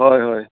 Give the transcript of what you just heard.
हय हय